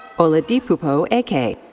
oladipupo eke.